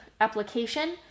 application